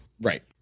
Right